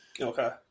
Okay